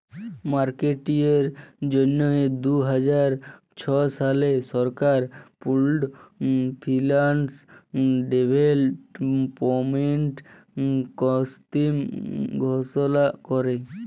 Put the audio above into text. মার্কেটিংয়ের জ্যনহে দু হাজার ছ সালে সরকার পুল্ড ফিল্যাল্স ডেভেলপমেল্ট ইস্কিম ঘষলা ক্যরে